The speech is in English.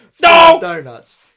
Donuts